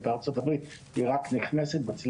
ובארצות הברית היא רק נכנסת ---,